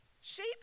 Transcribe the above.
Sheep